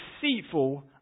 deceitful